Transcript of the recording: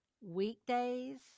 weekdays